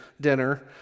dinner